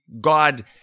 God